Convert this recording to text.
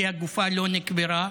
כי הגופה לא נקברה.